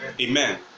Amen